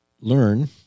learn